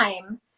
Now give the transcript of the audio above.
time